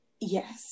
yes